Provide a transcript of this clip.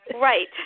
Right